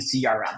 CRM